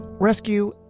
Rescue